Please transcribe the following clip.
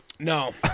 No